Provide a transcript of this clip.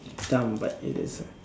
dumb but it is uh